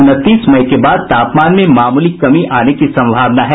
उनतीस मई के बाद तापमान में मामूली कमी आने की संभावना है